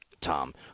Tom